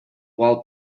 wall